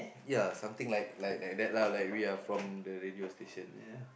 ya something like like that lah we have to from the radio station